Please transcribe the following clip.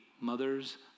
mothers